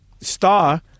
Star